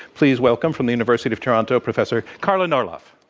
please welcome, from the university of toronto, professor carla norrlof.